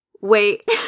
wait